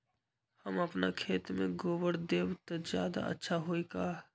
हम अपना खेत में गोबर देब त ज्यादा अच्छा होई का?